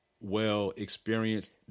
well-experienced